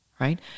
right